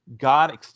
God